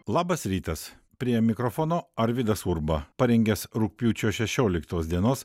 labas rytas prie mikrofono arvydas urba parengęs rugpjūčio šešioliktos dienos